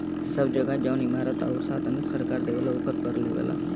सब जगह जौन इमारत आउर साधन सरकार देवला ओकर कर लेवला